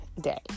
day